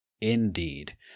indeed